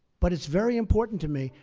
but it's very important to me.